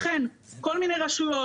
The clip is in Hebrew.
לכן כל מיני רשויות,